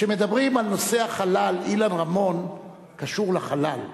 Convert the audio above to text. כשמדברים על נושא החלל, אילן רמון קשור לחלל.